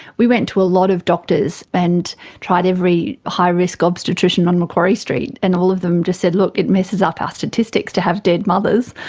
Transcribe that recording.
we went to a lot of doctors and tried every high-risk obstetrician on macquarie street, and all of them just said, look, it messes up our statistics to have dead mothers,